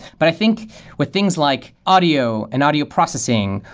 but i think with things like audio and audio processing,